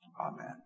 Amen